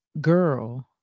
girl